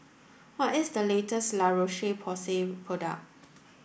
what is the latest La Roche Porsay product